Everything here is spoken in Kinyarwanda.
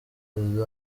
perezida